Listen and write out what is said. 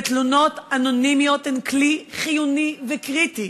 ותלונות אנונימיות הן כלי חיוני וקריטי